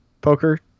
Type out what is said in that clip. poker